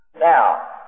Now